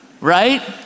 right